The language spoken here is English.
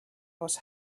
was